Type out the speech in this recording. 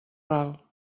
ral